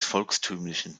volkstümlichen